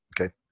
Okay